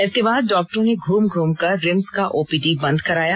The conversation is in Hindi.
इसके बाद डाक्टरों ने घूम घूमकर रिम्स का ओपीडी बंद कराया